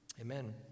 amen